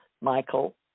Michael